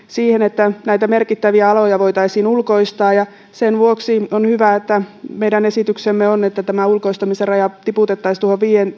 siihen että näitä merkittäviä aloja voitaisiin ulkoistaa sen vuoksi on hyvä että meidän esityksemme on että tämä ulkoistamisen raja tiputettaisiin tuohon